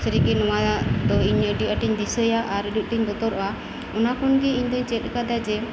ᱥᱟᱹᱨᱤᱜᱮ ᱱᱚᱣᱟᱫᱚ ᱤᱧ ᱟᱹᱰᱤ ᱟᱸᱴᱤᱧ ᱫᱤᱥᱟᱹᱭᱟ ᱟᱨ ᱟᱹᱰᱤ ᱟᱸᱴᱤᱧ ᱵᱚᱛᱚᱨᱚᱜᱼᱟ ᱚᱱᱟᱠᱷᱚᱱ ᱜᱮ ᱤᱧᱫᱚᱧ ᱪᱮᱫ ᱟᱠᱟᱫᱟ ᱡᱮ